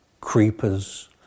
creepers